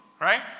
right